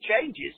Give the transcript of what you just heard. changes